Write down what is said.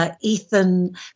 Ethan